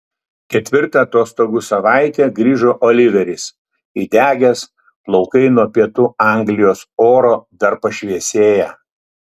ketvirtą atostogų savaitę grįžo oliveris įdegęs plaukai nuo pietų anglijos oro dar pašviesėję